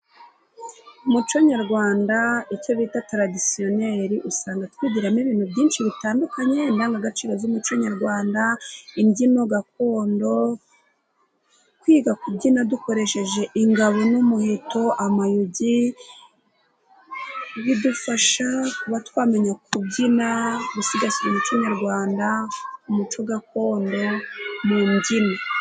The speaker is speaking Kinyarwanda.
Umuco nyarwanda icyo bita taradisiyoneri usanga twigiramo ibintu byinshi bitandukanye. Indangagaciro z'umuco nyarwanda, imbyino gakondo, kwiga kubyina dukoresheje ingabo n'umuheto, amayugi, bidufasha kuba twamenya kubyina, gusigasira umuco nyarwanda, umuco gakondo, mu mbyino.